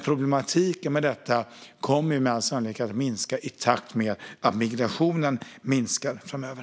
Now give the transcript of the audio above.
Problematiken med detta kommer med all sannolikhet att minska i takt med att migrationen minskar framöver.